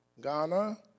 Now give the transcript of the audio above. Ghana